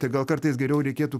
tai gal kartais geriau reikėtų